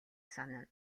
санана